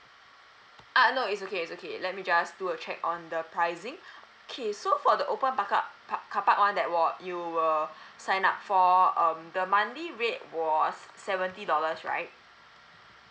ah no it's okay it's okay let me just do a check on the pricing okay so for the open buck up park carpark one that were you were sign up for um the monthly rate was seventy dollars right